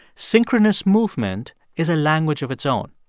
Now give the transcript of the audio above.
synchronous movement is a language of its own.